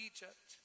Egypt